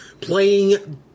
playing